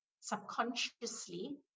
subconsciously